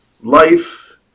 life